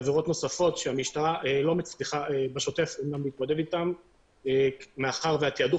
ועבירות נוספות שהמשטרה לא מצליחה בשוטף להתמודד איתן מאחר שהתעדוף